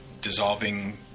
dissolving